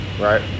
Right